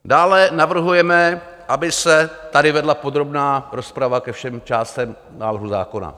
Dále navrhujeme, aby se tady vedla podrobná rozprava ke všem částem návrhu zákona.